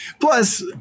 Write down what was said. Plus